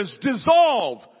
dissolve